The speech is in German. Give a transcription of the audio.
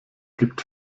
gibt